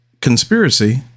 conspiracy